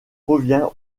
revient